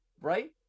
Right